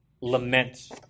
lament